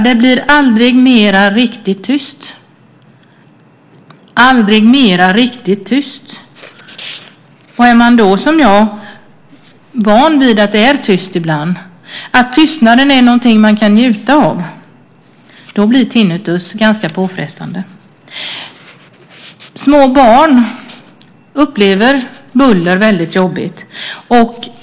Det blir aldrig mer riktigt tyst. Är man som jag van vid att det är tyst ibland, att tystnaden är något att njuta av, blir tinnitus påfrestande. Små barn upplever buller som jobbigt.